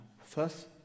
first